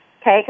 okay